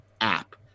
app